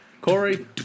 Corey